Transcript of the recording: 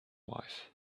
wife